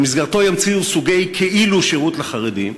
שבמסגרתו ימציאו סוגי כאילו-שירות לחרדים,